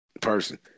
person